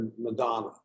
madonna